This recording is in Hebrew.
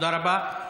תודה רבה.